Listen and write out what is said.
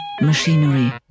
Machinery